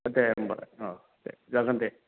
दे होमब्लालाय औ दे जागोन दे